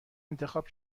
انتخاب